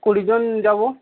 কুড়িজন যাবো